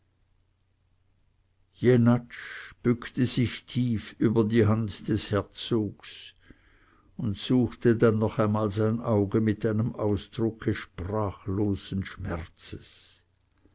bückte sich tief über die hand des herzogs und suchte dann noch einmal sein auge mit einem ausdrucke sprachlosen schmerzes